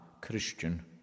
Christian